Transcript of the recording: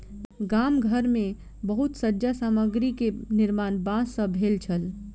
गाम घर मे बहुत सज्जा सामग्री के निर्माण बांस सॅ भेल छल